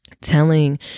telling